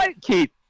Keith